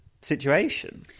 situation